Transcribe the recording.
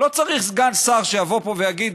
לא צריך סגן שר שיבוא לפה ויגיד,